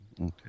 Okay